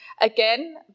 Again